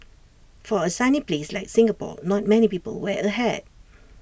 for A sunny place like Singapore not many people wear A hat